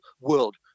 world